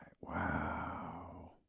wow